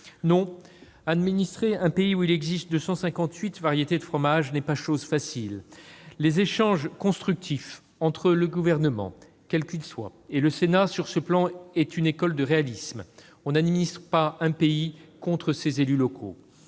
Non, gouverner un pays où il existe 258 variétés de fromages n'est pas chose facile. Sur ce plan, les échanges constructifs entre le Gouvernement, quel qu'il soit, et le Sénat sont une école de réalisme : on n'administre pas un pays contre ses élus locaux.